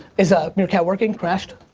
is ah meerkat working, crashed?